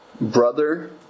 brother